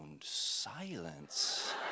silence